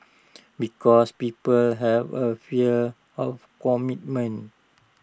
because people have A fear of commitment